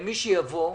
אנחנו נהיה פה.